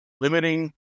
limiting